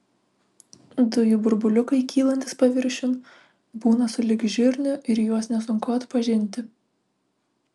dujų burbuliukai kylantys paviršiun būna sulig žirniu ir juos nesunku atpažinti